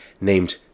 named